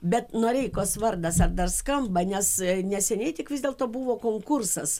bet noreikos vardas ar dar skamba nes neseniai tik vis dėlto buvo konkursas